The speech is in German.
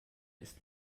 ist